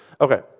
Okay